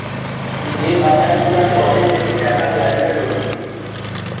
যে বাজার গুলাতে অনেক বেশি টাকার লেনদেন হতিছে